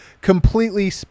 completely